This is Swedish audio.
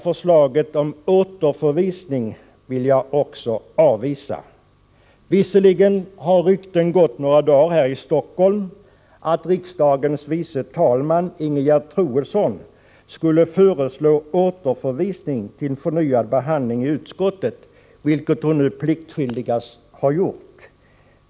Förslaget om återförvisning avvisas. Visserligen har ryktet gått några dagar här i Stockholm att riksdagens förste vice talman Ingegerd Troedsson skulle föreslå återförvisning till förnyad behandling i utskottet, vilket hon nu pliktskyldigast har gjort.